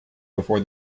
before